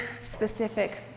specific